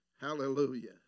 Hallelujah